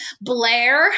Blair